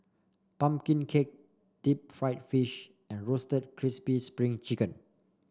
pumpkin cake Deep Fried Fish and Roasted Crispy Spring Chicken